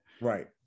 Right